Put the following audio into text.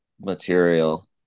material